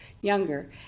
younger